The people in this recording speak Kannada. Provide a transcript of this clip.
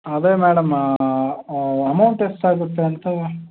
ಅದೆ ಮೇಡಮ್ ಅಮೌಂಟ್ ಎಷ್ಟಾಗುತ್ತೆ ಅಂತ